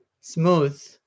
smooth